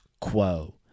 quo